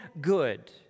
good